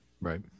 Right